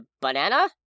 banana